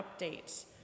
updates